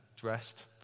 dressed